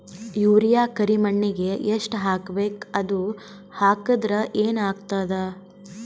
Urea ಕರಿಮಣ್ಣಿಗೆ ಎಷ್ಟ್ ಹಾಕ್ಬೇಕ್, ಅದು ಹಾಕದ್ರ ಏನ್ ಆಗ್ತಾದ?